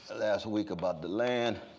last week, about the land?